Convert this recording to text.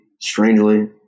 strangely